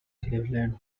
cleveland